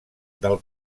del